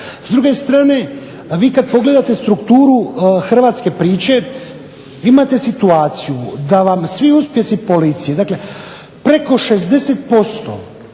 S druge strane vi kada pogledate strukturu hrvatske priče vi imate situaciju da vam svi uspjesi policije dakle preko 60%